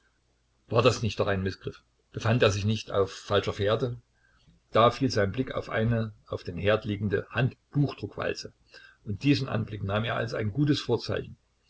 war das nicht doch ein mißgriff befand er sich nicht auf falscher fährte da fiel sein blick auf eine auf dem herd liegende hand buchdruckwalze und diesen anblick nahm er als ein gutes vorzeichen